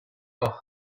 koch